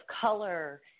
color